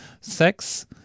sex